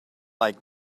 like